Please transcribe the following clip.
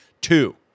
two